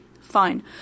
fine